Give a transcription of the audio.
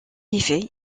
effet